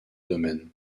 domaines